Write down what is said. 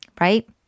right